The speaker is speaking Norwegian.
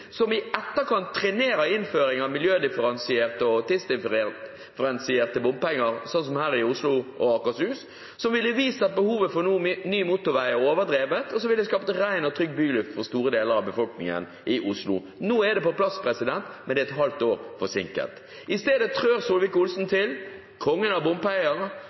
som i etterkant trenerer innføringen av miljødifferensierte og tidsdifferensierte bompenger, som her i Oslo og Akershus, som ville vist at behovet for ny motorvei er overdrevet, og som ville skapt ren og trygg byluft for store deler av befolkningen i Oslo. Nå er det på plass, men det er et halvt år forsinket. I stedet trår Solvik-Olsen, kongen av